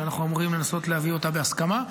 אנחנו אומרים לנסות להביא אותה בהסכמה.